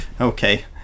Okay